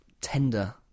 tender